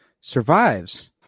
survives